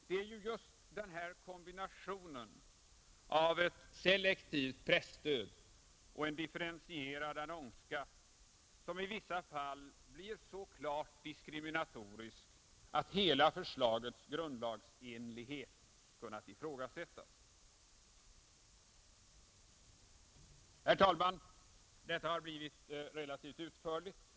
Det är just den här kombinationen av ett selektivt presstöd och en differentierad annonsskatt som i vissa fall blir så klart diskriminatorisk att hela förslagets grundlagsenlighet kunnat ifrågasättas. Herr talman! Vad jag sagt har blivit ganska utförligt.